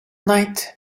night